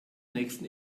nächsten